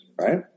right